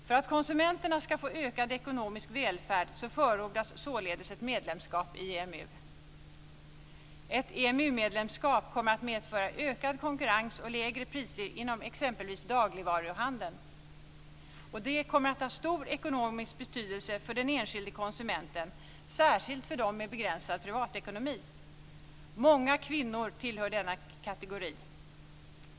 För att konsumenterna ska få ökad ekonomisk välfärd förordas således ett medlemskap i EMU. Ett EMU-medlemskap kommer att medföra ökad konkurrens och lägre priser inom exempelvis dagligvaruhandeln. Detta kommer att ha stor ekonomisk betydelse för den enskilde konsumenten, särskilt för den som har en begränsad privatekonomi. Många kvinnor tillhör denna kategori.